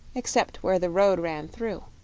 except where the road ran through.